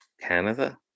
Canada